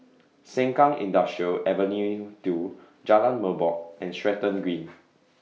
Sengkang Industrial Avenue two Jalan Merbok and Stratton Green